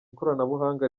ikoranabuhanga